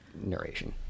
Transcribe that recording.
narration